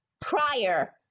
prior